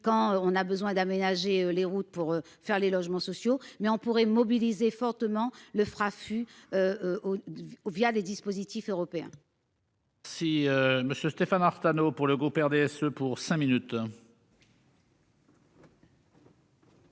quand on a besoin d'aménager les routes pour faire les logements sociaux mais on pourrait mobiliser fortement le fera fut. Oh oh via les dispositifs européens.-- Si monsieur Stéphane Artano pour le groupe RDSE pour cinq minutes.